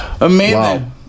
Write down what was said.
Amazing